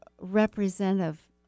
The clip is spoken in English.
representative